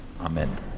Amen